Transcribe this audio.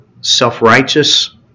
self-righteous